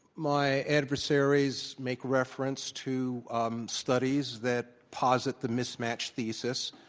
my adversaries make reference to um studies that posit the mismatch thesis,